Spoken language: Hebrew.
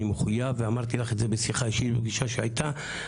מחויב ואמרתי לך את זה בשיחה בפגישה שהייתה.